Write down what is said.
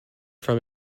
from